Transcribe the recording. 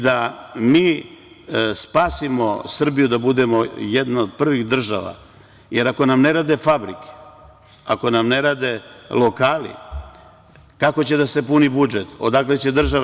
Da spasimo Srbiju, da budemo jedna od prvih država, jer ako nam ne rade fabrike, ako nam ne rade lokali kako će da se puni budžet, odakle će država.